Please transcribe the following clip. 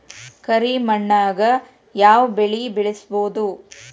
ಕರಿ ಮಣ್ಣಾಗ್ ಯಾವ್ ಬೆಳಿ ಬೆಳ್ಸಬೋದು?